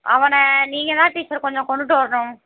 அவனை நீங்கள் தான் டீச்சர் கொஞ்சம் கொண்டுட்டு வரணும்